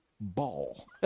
ball